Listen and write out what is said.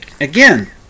again